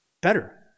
Better